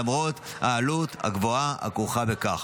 למרות העלות הגבוהה הכרוכה בכך.